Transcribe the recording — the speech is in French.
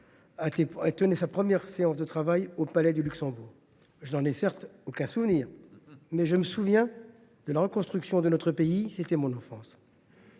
tenait sa première séance de travail au Palais du Luxembourg. Je n’en ai certes aucun souvenir, mais je me rappelle la reconstruction de notre pays ; c’est mon enfance.